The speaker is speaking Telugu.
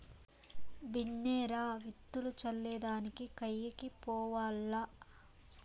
బిన్నే రా, విత్తులు చల్లే దానికి కయ్యకి పోవాల్ల